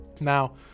Now